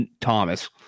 Thomas